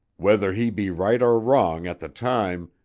whether he be right or wrong, at the time,